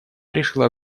решила